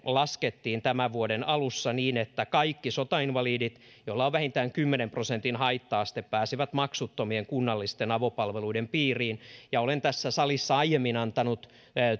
laskettiin tämän vuoden alussa niin että kaikki sotainvalidit joilla on vähintään kymmenen prosentin haitta aste pääsevät maksuttomien kunnallisten avopalveluiden piiriin ja olen tässä salissa aiemmin antanut